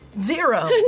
zero